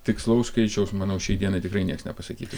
tikslaus skaičiaus manau šiai dienai tikrai nieks nepasakytų